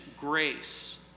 grace